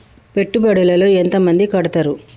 పెట్టుబడుల లో ఎంత మంది కడుతరు?